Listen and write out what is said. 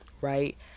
right